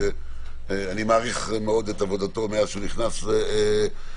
שאני מעריך מאוד את עבודתו מאז שהוא נכנס לתפקיד,